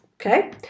okay